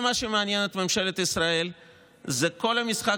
כל מה שמעניין את ממשלת ישראל זה כל המשחק